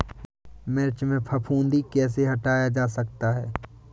मिर्च में फफूंदी कैसे हटाया जा सकता है?